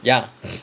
ya